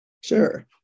Sure